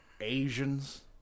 Asians